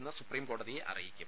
ഇന്ന് സുപ്രീംകോടതിയെ അറിയിക്കും